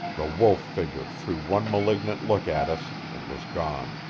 the wolf figure threw one malignant look at us and was gone.